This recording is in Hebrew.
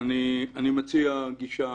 מציע גישה